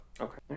Okay